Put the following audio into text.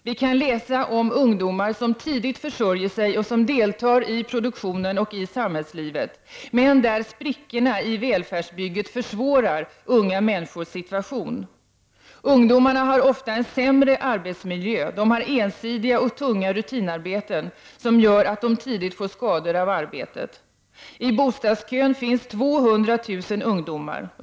Vi kan läsa om ungdomar som tidigt försörjer sig och som deltar i produktion och samhällsliv, men hur sprickorna i välfärdsbygget försvårar unga människors situation. Ungdomarna har ofta sämre arbetsmiljö och ensidiga och tunga rutinarbeten som gör att de tidigt får skador av arbetet. I bostadskön finns 200 000 ungdomar.